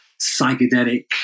psychedelic